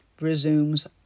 resumes